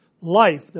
life